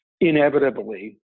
Inevitably